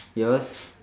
yours